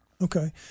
Okay